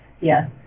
yes